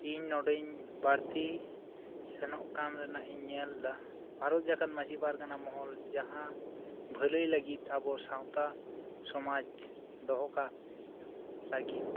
ᱤᱧ ᱱᱚᱰᱮᱧ ᱵᱟᱹᱲᱛᱤ ᱥᱮᱱᱚᱜ ᱠᱟᱱ ᱨᱮᱱᱟᱜ ᱠᱟᱱ ᱨᱮᱱᱟᱜ ᱤᱧ ᱧᱮᱞ ᱫᱟ ᱵᱷᱟᱨᱚᱛ ᱡᱟᱠᱟᱛ ᱢᱟᱹᱡᱷᱤ ᱯᱟᱨᱜᱟᱱᱟ ᱢᱚᱦᱚᱞ ᱡᱟᱦᱟᱸ ᱵᱷᱟᱹᱞᱟᱹᱭ ᱞᱟᱹᱜᱤᱫ ᱟᱵᱩ ᱥᱟᱶᱛᱟ ᱥᱚᱢᱟᱡᱽ ᱫᱚᱦᱚᱠᱟᱜ ᱞᱟᱹᱜᱤᱫ